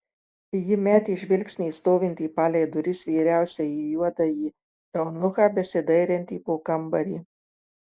ji metė žvilgsnį į stovintį palei duris vyriausiąjį juodąjį eunuchą besidairantį po kambarį